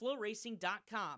flowracing.com